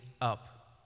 up